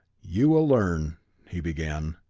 you will learn he began,